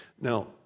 Now